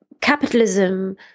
capitalism